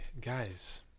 guys